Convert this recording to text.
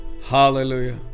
Hallelujah